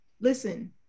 listen